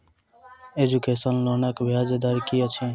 Education लोनक ब्याज दर की अछि?